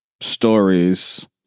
stories